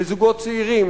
לזוגות צעירים,